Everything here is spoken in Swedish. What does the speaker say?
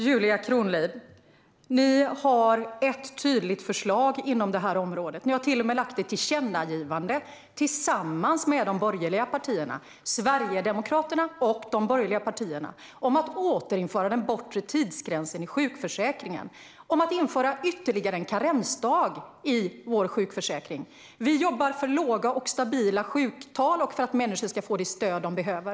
Fru talman! Ni har ett tydligt förslag på det här området, Julia Kronlid. Ni i Sverigedemokraterna har till och med gjort ett tillkännagivande tillsammans med de borgerliga partierna om att återinföra den bortre tidsgränsen i sjukförsäkringen och om att införa ytterligare en karensdag i vår sjukförsäkring. Vi jobbar för låga och stabila sjuktal och för att människor ska få det stöd de behöver.